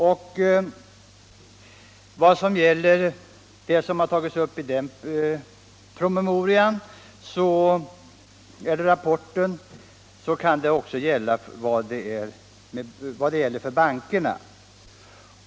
Det som KF sagt om denna rapport kan också — för mig — gälla frågan om offentlig representation i bankerna.